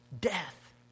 Death